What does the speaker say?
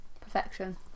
perfection